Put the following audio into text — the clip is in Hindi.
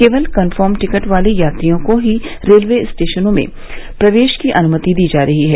केवल कन्फर्म टिकट वाले यात्रियों को ही रेलवे स्टेशनों में प्रवेश की अन्मति दी जा रही है